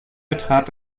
betrat